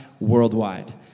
worldwide